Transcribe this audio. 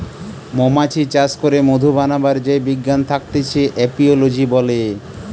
মৌমাছি চাষ করে মধু বানাবার যেই বিজ্ঞান থাকতিছে এপিওলোজি বলে